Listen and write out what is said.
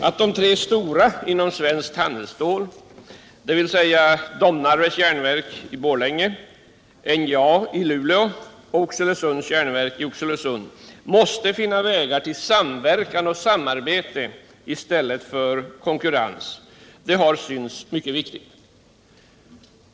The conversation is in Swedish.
Att de tre stora inom svenskt handelsstål — Domnarvets Jernverk i Borlänge, NJA i Luleå och Oxelösunds Järnverk i Oxelösund — måste finna vägar för samverkan och samarbete i stället för konkurrens har synts mycket viktigt.